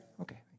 Okay